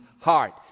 heart